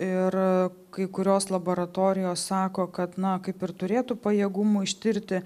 ir kai kurios laboratorijos sako kad na kaip ir turėtų pajėgumų ištirti